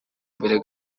imbere